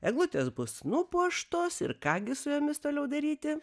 eglutės bus nupuoštos ir ką gi su jomis toliau daryti